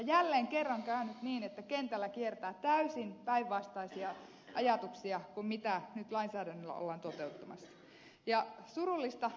jälleen kerran käy nyt niin että kentällä kiertää täysin päinvastaisia ajatuksia kuin mitä nyt lainsäädännöllä ollaan toteuttamassa